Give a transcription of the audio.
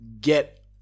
get